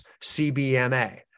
CBMA